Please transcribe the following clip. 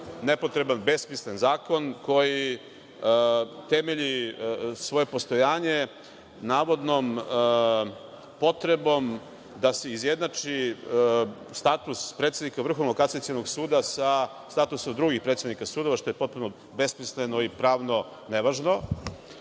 nepotreban, besmislen zakon koji temelji svoje postojanje navodnom potrebom da se izjednači status predsednika Vrhovnog kasacionog suda sa statusom drugih predsednika sudova, što je potpuno besmisleno i pravno nevažno.